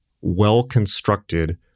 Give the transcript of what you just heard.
well-constructed